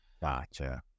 Gotcha